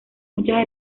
muchas